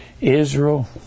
Israel